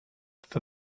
for